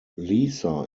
lisa